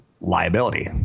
liability